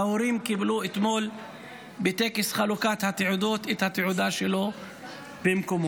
ההורים קיבלו אתמול בטקס חלוקת התעודות את התעודה שלו במקומו.